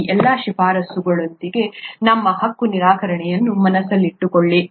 ಈ ಎಲ್ಲಾ ಶಿಫಾರಸುಗಳಿಗಾಗಿ ನಮ್ಮ ಹಕ್ಕು ನಿರಾಕರಣೆಯನ್ನು ಮನಸ್ಸಿನಲ್ಲಿಟ್ಟುಕೊಳ್ಳಿ